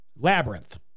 Labyrinth